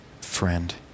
friend